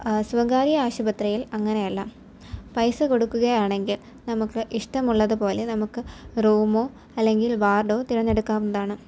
സ്വകാര്യ ആശുപത്രിയിൽ അങ്ങനെയല്ല പൈസ കൊടുക്കുകയാണങ്കിൽ നമുക്ക് ഇഷ്ടമുള്ളതുപോലെ നമുക്ക് റൂമോ അല്ലെങ്കിൽ വാർഡോ തിരഞ്ഞെടുക്കാവുന്നതാണ്